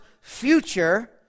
future